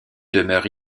demeure